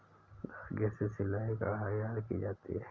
धागे से सिलाई, कढ़ाई आदि की जाती है